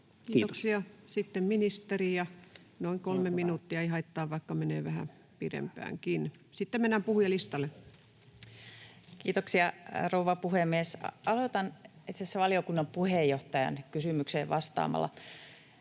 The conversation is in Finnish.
Kiitoksia. — Sitten ministeri, noin kolme minuuttia. Ei haittaa, vaikka menee vähän pidempäänkin. Sitten mennään puhujalistalle. Kiitoksia, rouva puhemies! Aloitan itse asiassa valiokunnan puheenjohtajan kysymykseen vastaamalla.